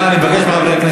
זה לא החוק הזה,